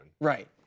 Right